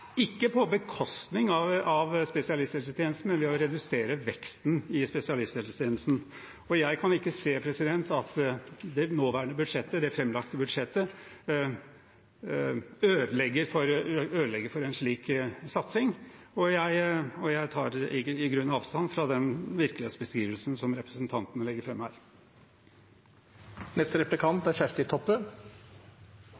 ikke på bekostning av spesialisthelsetjenesten, men ved å redusere veksten i spesialisthelsetjenesten. Jeg kan ikke se at det nåværende budsjettet, det framlagte budsjettet, ødelegger for en slik satsing, og jeg tar i grunnen avstand fra den virkelighetsbeskrivelsen som representanten legger